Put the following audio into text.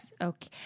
Okay